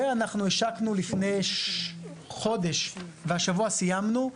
ואנחנו השקנו לפני חודש והשבוע סיימנו,